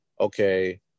okay